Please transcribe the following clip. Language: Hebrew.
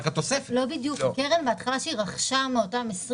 לא בדיוק, כי הקרן רכשה את הדירות מאותם 20